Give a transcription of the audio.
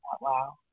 wow